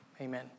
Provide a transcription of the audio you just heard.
amen